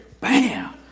Bam